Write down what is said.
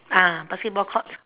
uh basketball court